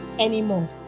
anymore